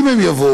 אם הם יבואו,